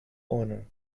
owner